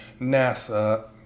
NASA